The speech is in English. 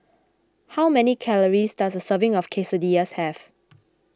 how many calories does a serving of Quesadillas have